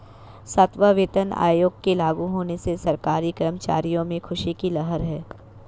सातवां वेतन आयोग के लागू होने से सरकारी कर्मचारियों में ख़ुशी की लहर है